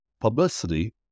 Publicity